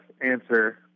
answer